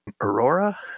Aurora